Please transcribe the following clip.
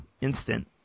instant